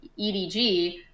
EDG